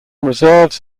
reserves